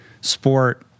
sport